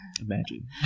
imagine